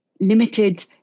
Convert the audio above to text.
limited